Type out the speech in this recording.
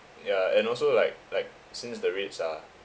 ya and also like like since the rates are